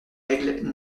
aigle